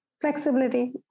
flexibility